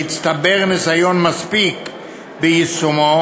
והצטבר ניסיון מספיק ביישומו,